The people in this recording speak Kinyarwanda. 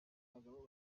abagabo